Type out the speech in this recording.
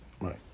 right